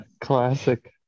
classic